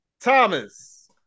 Thomas